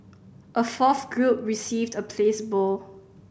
a fourth group received a placebo